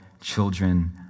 children